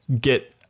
get